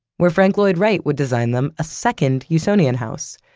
where frank lloyd wright would design them a second usonian house.